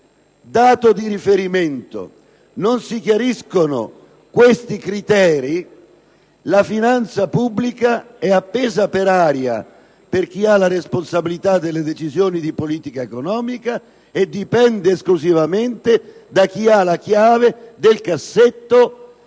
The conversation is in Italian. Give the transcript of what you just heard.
dato di riferimento non si chiariscono i criteri, la finanza pubblica è appesa per aria per chi ha la responsabilità delle decisioni di politica economica e dipende esclusivamente da chi ha la chiave del cassetto dentro